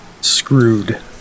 Screwed